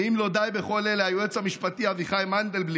ואם לא די בכל אלה, היועץ המשפטי אביחי מנדלבליט